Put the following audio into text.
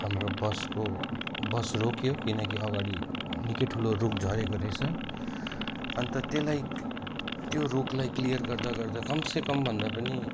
हाम्रो बसको बस रोक्यो किनकि अगाडि निकै ठुलो रुख झरेको रहेछ अन्त त्यसलाई त्यो रुखलाई क्लियर गर्दा गर्दा कम से कम भन्दा पनि